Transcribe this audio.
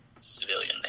civilian